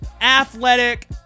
athletic